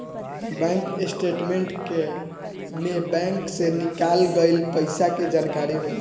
bank statement के में bank से निकाल गइल पइसा के जानकारी होला